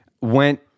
went